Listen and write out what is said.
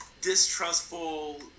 distrustful